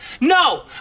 No